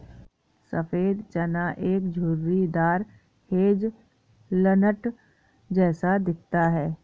सफेद चना एक झुर्रीदार हेज़लनट जैसा दिखता है